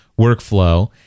workflow